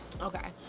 Okay